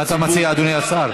מה אתה מציע, אדוני השר?